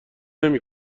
نمی